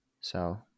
so-